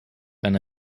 eine